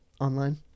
online